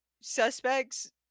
suspects